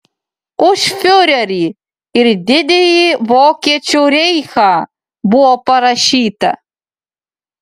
už fiurerį ir didįjį vokiečių reichą buvo parašyta